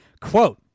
Quote